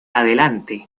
adelante